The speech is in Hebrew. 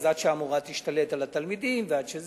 אז עד שהמורה תשתלט על התלמידים וכו'.